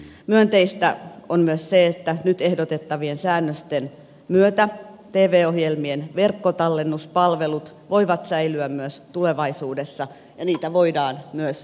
myönteistä on myös se että nyt ehdotettavien säännösten myötä tv ohjelmien verkkotallennuspalvelut voivat säilyä myös tulevaisuudessa ja niitä voidaan myös edelleen kehittää